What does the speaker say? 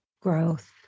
growth